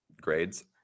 Grades